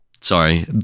sorry